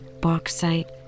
bauxite